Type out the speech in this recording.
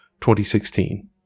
2016